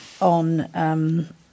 On